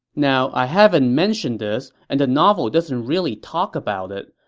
now, i haven't mentioned this, and the novel doesn't really talk about it,